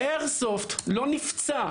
מאיירסופט לא נפצע,